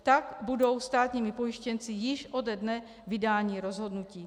Tak budou státními pojištěnci již ode dne vydání rozhodnutí.